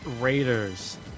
Raiders